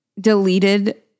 deleted